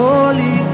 Holy